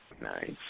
Nice